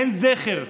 אין זכר.